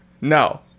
No